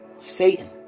Satan